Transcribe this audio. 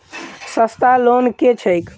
सस्ता लोन केँ छैक